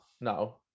No